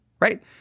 right